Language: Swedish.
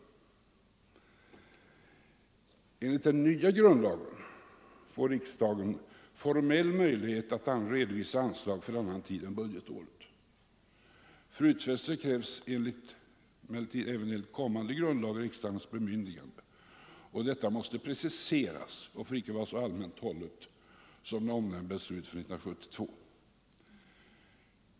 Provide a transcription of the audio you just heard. Först enligt den nya grundlagen får riksdagen formell möjlighet att anvisa anslag för annan tid än budgetåret. För utfästelser krävs enligt kommande grundlag riksdagens bemyndigande, och detta måste preciseras, och utfästelsen får icke vara så allmänt hållen som det omnämnda beslutet från 1972.